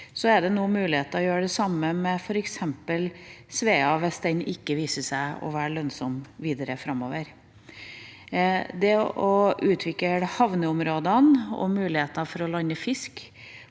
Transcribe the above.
er det nå muligheter til å gjøre det samme med f.eks. Svea, hvis den viser seg ikke å være lønnsom videre framover. Det å utvikle havneområdene og mulighetene for å lande fisk